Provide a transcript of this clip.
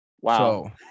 Wow